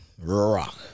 Rock